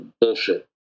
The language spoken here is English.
bullshit